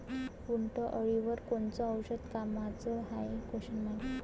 उंटअळीवर कोनचं औषध कामाचं हाये?